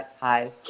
hi